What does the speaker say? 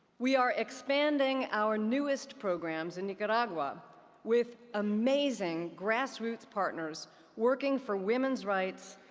we are expanding our newest programs in nicaragua with amazing grassroots partners working for women's rights,